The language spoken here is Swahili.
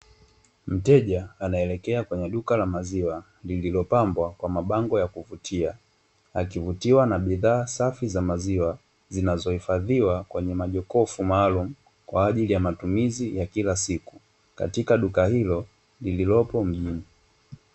Mteja anaelekea katika duka la maziwa lililopangwa kwa mabango ya kuvutia, akivutiwa na bidhaa safi za maziwa zinazohifadhiwa kwenye majokofu maalum kwaajili ya matumizi ya kila siku katika duka hilo lililopo mjini.